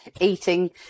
eating